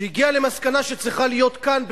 שהגיע למסקנה שצריכה להיות כאן,